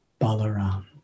Balaram